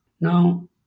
Now